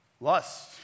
Lust